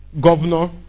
governor